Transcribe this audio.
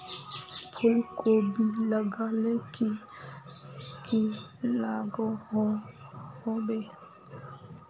फूलकोबी लगाले की की लागोहो होबे?